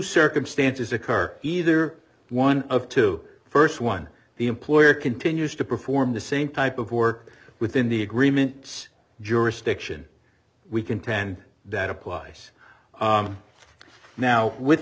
circumstances occur either one of two first one the employer continues to perform the same type of work within the agreements jurisdiction we contend that applies now with